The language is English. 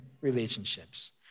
relationships